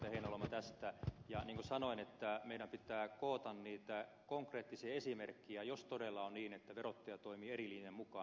heinäluoma tästä ja niin kuin sanoin meidän pitää koota niitä konkreettisia esimerkkejä jos todella on niin että verottaja toimii eri linjan mukaan